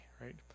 right